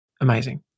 amazing